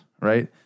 Right